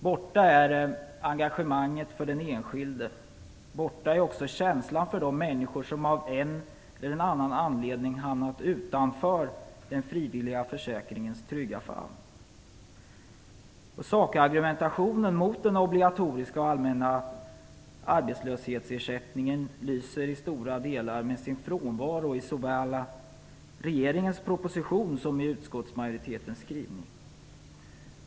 Borta är engagemanget för den enskilde. Borta är också känslan för de människor som av en eller annan anledning hamnat utanför den frivilliga försäkringens trygga famn. Sakargumentationen mot den obligatoriska och allmänna arbetslöshetsersättningen lyser i stora delar med sin frånvaro i såväl regeringens proposition som i utskottsmajoritetens skrivning.